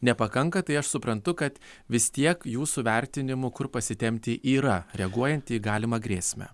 nepakanka tai aš suprantu kad vis tiek jūsų vertinimu kur pasitempti yra reaguojant į galimą grėsmę